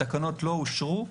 התקנות לא אושרו.